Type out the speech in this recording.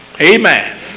Amen